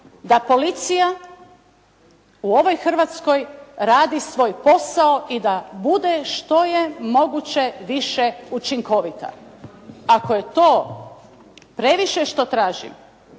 da policija u ovoj Hrvatskoj radi svoj posao i da bude što je moguće više učinkovita. Ako je to previše što tražim